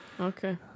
Okay